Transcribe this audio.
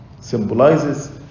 symbolizes